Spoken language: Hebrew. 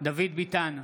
דוד ביטן,